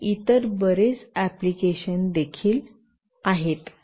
आणि इतर बरेच अँप्लिकेशन देखील आहेत